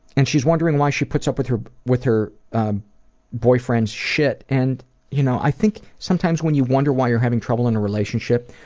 and she's wondering why she puts up with her with her boyfriend's shit. and you know i think sometimes when you wonder why you're having trouble with and a relationship,